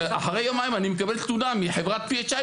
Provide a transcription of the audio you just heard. אחרי יומיים אני מקבל תלונה מחברת PHI,